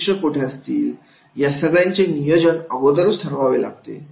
प्रशिक्षक कुठे असेल या सगळ्याचे नियोजन अगोदर ठरवावे लागते